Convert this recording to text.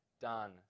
done